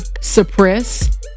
suppress